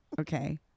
okay